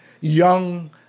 young